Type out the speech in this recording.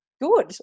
good